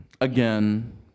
again